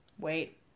wait